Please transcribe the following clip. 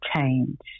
change